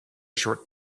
short